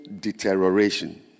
deterioration